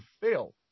fail